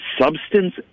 substance